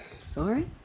Sorry